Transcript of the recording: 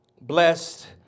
Blessed